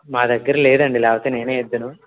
మా దగ్గర లేదు అండి లేకపోతే నేనే ఇద్దును